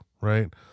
right